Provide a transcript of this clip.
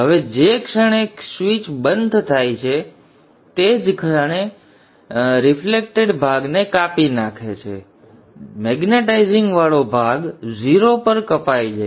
હવે જે ક્ષણે સ્વીચ બંધ થાય છે તે જ ક્ષણે રિફ્લેક્ટેડ ભાગને કાપી નાખે છે મેગ્નેટાઇઝિંગવાળો ભાગ 0 પર કપાઈ જાય છે